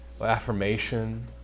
affirmation